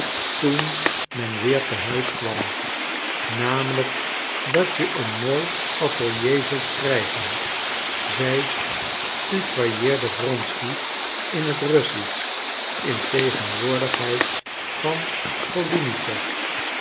toen men weer te huis kwam namelijk dat je een mooi atelier zult krijgen zij tutoijeerde wronsky in het russisch in tegenwoordigheid van